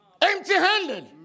empty-handed